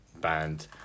band